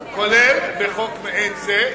בחוק מעין זה.